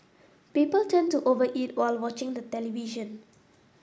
people tend to over eat while watching the television